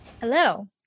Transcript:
Hello